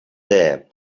there